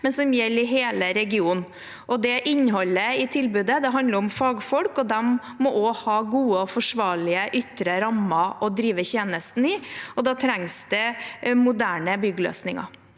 men som gjelder alle i hele regionen. Innholdet i tilbudet handler om fagfolk, og de må også ha gode og forsvarlige ytre rammer å drive tjenesten i, og da trengs det moderne byggløsninger.